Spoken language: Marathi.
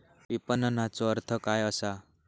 विपणनचो अर्थ काय असा?